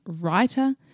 writer